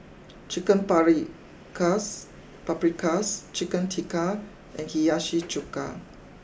Chicken Paprikas Chicken Tikka and Hiyashi Chuka